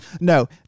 No